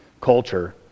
culture